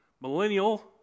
millennial